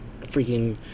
freaking